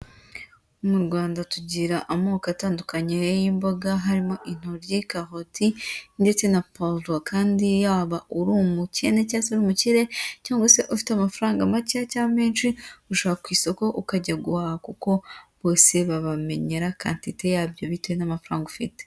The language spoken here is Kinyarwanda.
Mu Rwanda tugira amoko atandukanye y'imboga harimo intoryi, karoti ndetse na puwavuro. Kandi yaba uri umukene cyangwa se uri umukire cyangwa se ufite amafaranga makeya cyangwa menshi uja ku isoko, ukajya guhaha kuko bose babamenyera quantité yabyo bitewe n'amafaranga ufite.